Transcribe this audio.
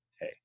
hey